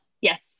Yes